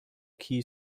key